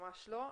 ממש לא,